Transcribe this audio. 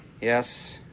Yes